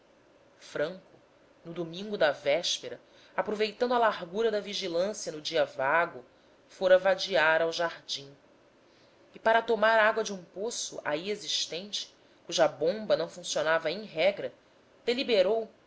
franco no domingo da véspera aproveitando a largura da vigilância no dia vago fora vadiar ao jardim e para tomar água de um poço aí existente cuja bomba não funcionava em regra deliberou